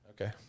okay